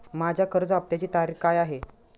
माझ्या कर्ज हफ्त्याची तारीख काय आहे?